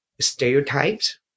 stereotypes